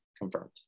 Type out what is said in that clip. confirmed